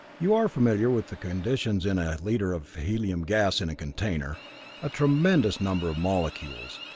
you are familiar with the conditions in a liter of helium gas in a container a tremendous number of molecules,